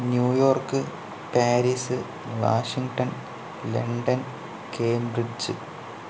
New York Paris Washington London Cambridge